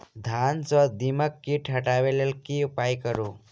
धान सँ दीमक कीट हटाबै लेल केँ उपाय करु?